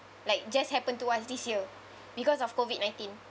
like just happened to us this year because of COVID-nineteen